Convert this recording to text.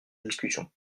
discussion